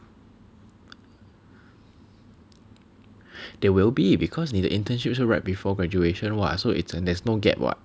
they will be because 你的 internship 是 right before graduation [what] so it's a there's no gap [what]